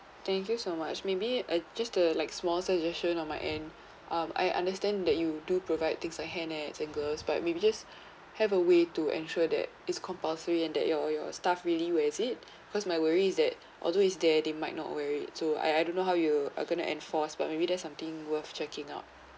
thank you so much maybe I just uh like small suggestion on my end um I understand that you do provide things like hair nets and hand gloves but maybe just have a way to ensure that is compulsory and that your your staff really wear it because my worries is that although is there they might not wear it so I I don't know how you are going to enforce but maybe there's something worth checking out